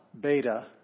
Beta